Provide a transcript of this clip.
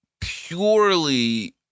purely